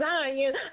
Zion